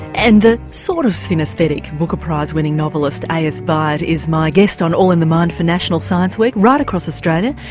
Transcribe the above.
and the sort of synesthetic booker prize winning novelist as byatt is my guest on all in the mind for national science week right across australia,